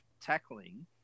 tackling